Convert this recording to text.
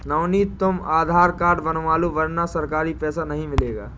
नवनीत तुम आधार कार्ड बनवा लो वरना सरकारी पैसा नहीं मिलेगा